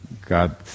god